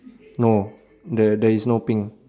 no there there is no pink